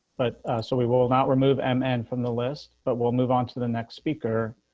but so we will will not remove em and from the list, but we'll move on to the next speaker,